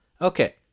Okay